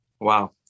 wow